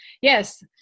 Yes